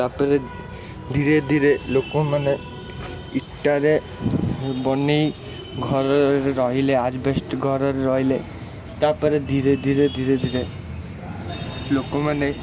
ତା'ପରେ ଧୀରେ ଧୀରେ ଲୋକମାନେ ଇଟାରେ ବନାଇ ଘରରେ ରହିଲେ ଆଜବେଷ୍ଟ ଘରରେ ରହିଲେ ତା'ପରେ ଧୀରେ ଧୀରେ ଧୀରେ ଧୀରେ ଲୋକମାନେ